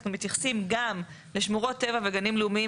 אנחנו מתייחסים גם לשמורות הטבע והגנים הלאומיים,